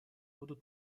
будут